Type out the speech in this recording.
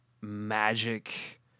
magic